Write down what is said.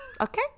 Okay